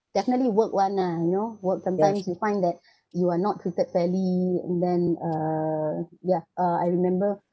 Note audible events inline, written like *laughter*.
definitely work [one] ah you know work sometimes you find that *breath* you are not treated fairly and then uh uh yeah uh I remember